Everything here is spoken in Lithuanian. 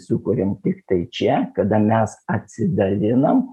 sukuriam tiktai čia kada mes atsidalinam